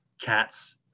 cats